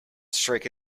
strike